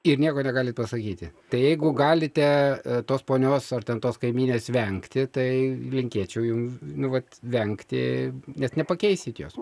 ir nieko negalit pasakyti tai jeigu galite tos ponios ar ten tos kaimynės vengti tai linkėčiau jum nu vat vengti nes nepakeisit jos